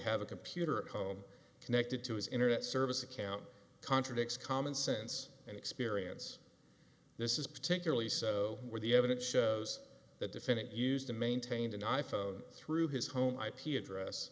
have a computer at home connected to his internet service account contradicts common sense and experience this is particularly so where the evidence shows that defendant used to maintain an i phone through his home ip address